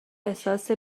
احساس